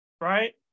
right